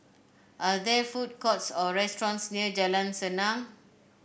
are there food courts or restaurants near Jalan Senang